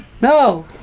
No